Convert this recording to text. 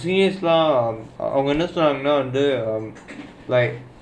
the அவங்க என்ன சொன்னாங்கன்னா வந்து:avangga enna sonnaanganaa vanthu like